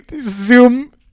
zoom